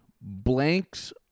blanks